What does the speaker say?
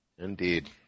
Indeed